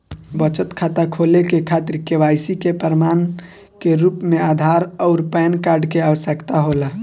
बचत खाता खोले के खातिर केवाइसी के प्रमाण के रूप में आधार आउर पैन कार्ड के आवश्यकता होला